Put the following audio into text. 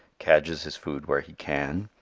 cadges his food where he can,